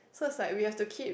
so it's like we have to keep